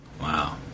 Wow